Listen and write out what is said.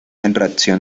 atracción